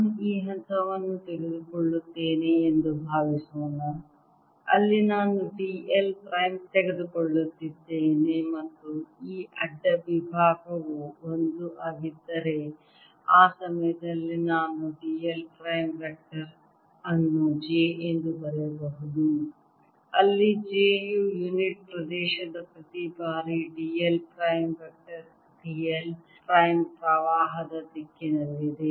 ನಾನು ಈ ಹಂತವನ್ನು ತೆಗೆದುಕೊಳ್ಳುತ್ತೇನೆ ಎಂದು ಭಾವಿಸೋಣ ಅಲ್ಲಿ ನಾನು d l ಪ್ರೈಮ್ ತೆಗೆದುಕೊಳ್ಳುತ್ತಿದ್ದೇನೆ ಮತ್ತು ಈ ಅಡ್ಡ ವಿಭಾಗವು ಒಂದು ಆಗಿದ್ದರೆ ಆ ಸಮಯದಲ್ಲಿ ನಾನು d l ಪ್ರೈಮ್ ವೆಕ್ಟರ್ ಅನ್ನು j ಎಂದು ಬರೆಯಬಹುದು ಅಲ್ಲಿ j ಯು ಯುನಿಟ್ ಪ್ರದೇಶದ ಪ್ರತಿ ಬಾರಿ d l prime vector d l prime ಪ್ರವಾಹದ ದಿಕ್ಕಿನಲ್ಲಿದೆ